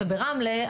וברמלה,